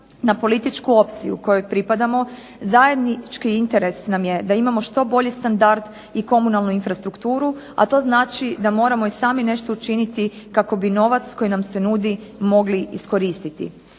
na političku opciju kojoj pripadamo, zajednički interes nam je da imamo što bolji standard i komunalnu infrastrukturu, a to znači da moramo i sami nešto učiniti kako bi novac koji nam se nudi mogli iskoristiti.